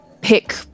pick